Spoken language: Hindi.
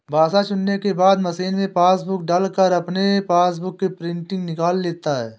भाषा चुनने के बाद मशीन में पासबुक डालकर अपने पासबुक की प्रिंटिंग निकाल लेता है